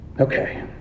Okay